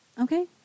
Okay